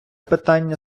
питання